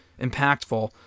impactful